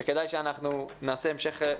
שכדאי שאנחנו נעשה המשך,